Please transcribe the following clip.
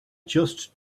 just